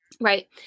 right